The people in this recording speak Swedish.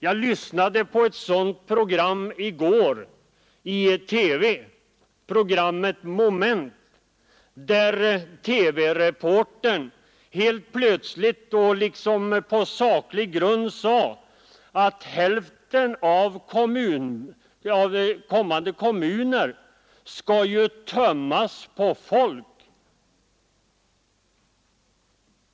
Jag lyssnade på ett sådant program i går i TV, nämligen programmet Moment, där TV-reportern helt plötsligt och som om hon hade saklig grund för det sade att hälften av våra kommuner skall tömmas på folk.